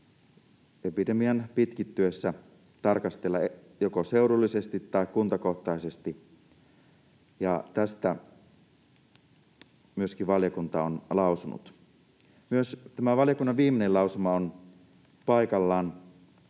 epidemian pitkittyessä tarkastella joko seudullisesti tai kuntakohtaisesti, ja tästä myöskin valiokunta on lausunut. Myös tämä valiokunnan viimeinen lausuma on paikallaan.